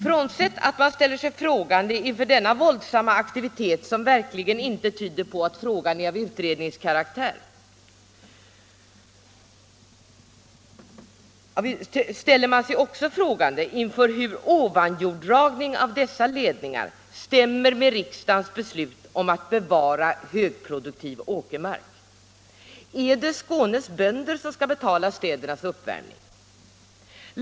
Frånsett att man ställer sig frågande inför denna våldsamma aktivitet, som verkligen inte tyder på att frågan är av utredningskaraktär, ställer man sig också frågande inför hur ovanjordsdragning av dessa ledningar stämmer med riksdagens beslut om att bevara högproduktiv åkermark. Är det Skånes bönder som skall betala städernas uppvärmning?